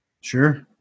Sure